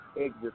exit